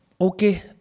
Okay